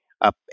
up